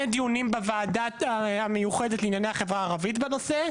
דיונים בוועדה המיוחדת לענייני החברה הערבית בנושא.